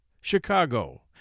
Chicago